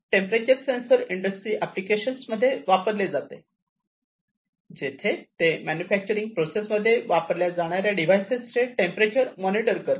temperature sensor industry applications मध्ये वापरले जाते जेथे ते मॅन्युफॅक्चरिंग प्रोसेस मध्ये वापरल्या जाणाऱ्या वेगवेगळ्या डिवाइसेसचे टेंपरेचर मॉनिटर करते